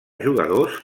jugadors